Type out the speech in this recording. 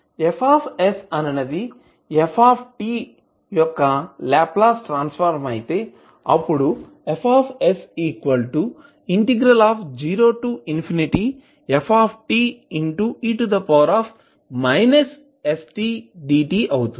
F అనునది f యొక్క Laplace transform అయితే అప్పుడు Fs0fe stdtఅవుతుంది